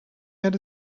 had